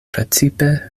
precipe